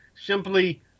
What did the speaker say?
simply